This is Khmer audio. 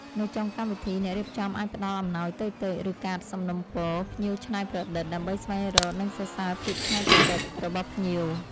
នៅចុងកម្មវិធី អ្នករៀបចំអាចផ្តល់អំណោយតូចៗ ឬកាតសំណូមពរ “ភ្ញៀវច្នៃប្រឌិត” ដើម្បីស្វែងរក និងសរសើរភាពច្នៃប្រឌិតរបស់ភ្ញៀវ។